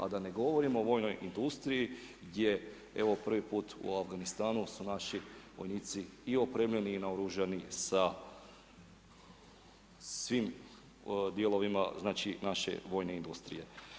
A da ne govorimo o vojnoj industriji gdje evo prvi put u Afganistanu su naši vojnici i opremljeni i naoružani sa svim dijelovima naše vojne industrije.